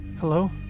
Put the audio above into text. Hello